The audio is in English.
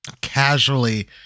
casually